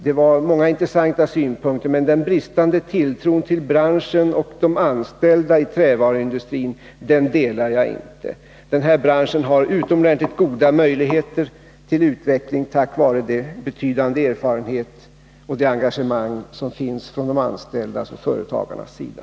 Det var många intressanta synpunkter, men den bristande tilltron till branschen och de anställda i trävaruindustrin delar jag inte. Branschen har utomordentligt goda möjligheter till utveckling med de betydande erfarenheter och det engagemang som finns från de anställdas och företagarnas sida.